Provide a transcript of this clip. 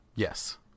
Yes